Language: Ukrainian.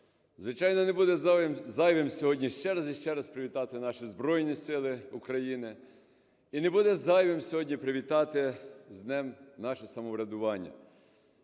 Звичайно, не буде зайвим сьогодні ще раз і ще раз привітати наші Збройні Сили України. І не буде зайвим сьогодні привітати з Днем наше самоврядування.